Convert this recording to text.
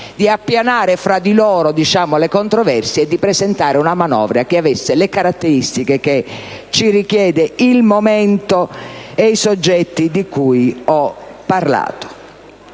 di appianare fra di loro le controversie e di presentare una manovra avente le caratteristiche che ci richiede il momento e i soggetti di cui ho parlato.